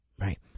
right